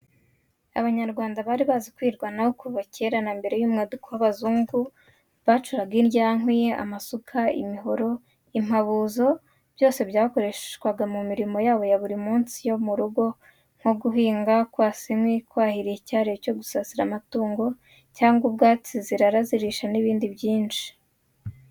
Abanyarwanda bari bazi kwirwanaho kuva kera, na mbere y'umwaduko w'abazungu bacuraga indyankwi, amasuka, imihoro, impabuzo, byose byakoreshwaga mu mirimo ya buri munsi yo mu rugo nko guhinga, kwasa inkwi, kwahira icyarire cyo gusasira amatungo cyangwa ubwatsi zirara zirisha n'ibindi byinshi.